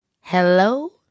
Hello